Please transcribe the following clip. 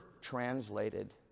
translated